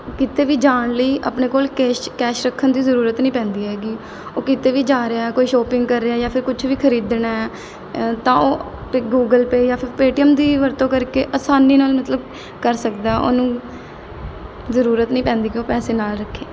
ਕਿਤੇ ਵੀ ਜਾਣ ਲਈ ਆਪਣੇ ਕੋਲ ਕੇਸ਼ ਕੈਸ਼ ਰੱਖਣ ਦੀ ਜ਼ਰੂਰਤ ਨਹੀਂ ਪੈਂਦੀ ਹੈਗੀ ਉਹ ਕਿਤੇ ਵੀ ਜਾ ਰਿਹਾ ਕੋਈ ਸ਼ੋਪਿੰਗ ਕਰ ਰਿਹਾ ਜਾਂ ਫਿਰ ਕੁਛ ਵੀ ਖਰੀਦਣਾ ਤਾਂ ਉਹ ਪ ਗੂਗਲ ਪੇ ਜਾਂ ਫਿਰ ਪੇਟੀਐੱਮ ਦੀ ਵਰਤੋਂ ਕਰਕੇ ਆਸਾਨੀ ਨਾਲ ਮਤਲਬ ਕਰ ਸਕਦਾ ਉਹਨੂੰ ਜ਼ਰੂਰਤ ਨਹੀਂ ਪੈਂਦੀ ਕਿ ਉਹ ਪੈਸੇ ਨਾਲ਼ ਰੱਖੇ